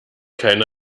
keine